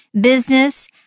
business